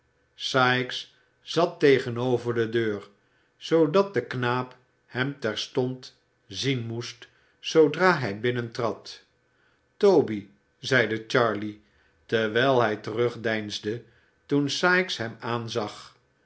sikes zat tegenover de deur zoodat de knaap hem terstond zien moest zoodra hij binnentrad toby zeide charley terwijl hij terugdeinsde toen sikes hem aanzag